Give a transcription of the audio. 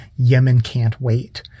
YemenCan'tWait